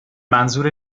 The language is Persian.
منظور